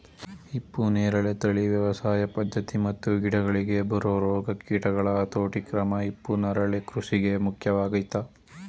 ಹಿಪ್ಪುನೇರಳೆ ತಳಿ ವ್ಯವಸಾಯ ಪದ್ಧತಿ ಮತ್ತು ಗಿಡಗಳಿಗೆ ಬರೊ ರೋಗ ಕೀಟಗಳ ಹತೋಟಿಕ್ರಮ ಹಿಪ್ಪುನರಳೆ ಕೃಷಿಗೆ ಮುಖ್ಯವಾಗಯ್ತೆ